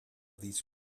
these